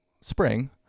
spring